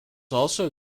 also